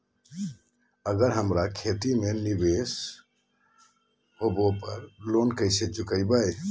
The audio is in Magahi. अगर हमरा खेती में निवेस होवे पर लोन कैसे चुकाइबे?